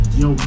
yo